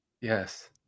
Yes